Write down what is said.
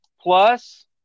Plus